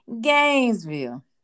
Gainesville